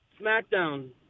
SmackDown